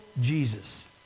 Jesus